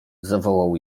zawołał